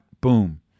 boom